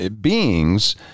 beings